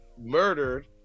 murdered